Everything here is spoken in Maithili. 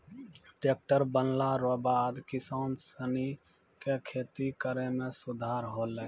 टैक्ट्रर बनला रो बाद किसान सनी के खेती करै मे सुधार होलै